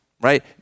right